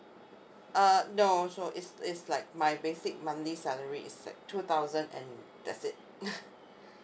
uh no so is is like my basic monthly salary is like two thousand and that's it